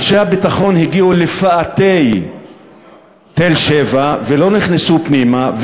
אנשי הביטחון הגיעו לפאתי תל-שבע ולא נכנסו פנימה,